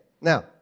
Now